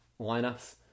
lineups